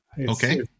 Okay